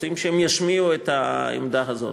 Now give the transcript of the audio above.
רוצים שהן ישמיעו את העמדה הזאת.